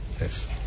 Yes